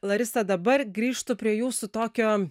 larisa dabar grįžtu prie jūsų tokio